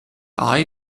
eye